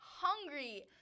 Hungry